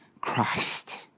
Christ